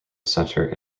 center